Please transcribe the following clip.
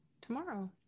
tomorrow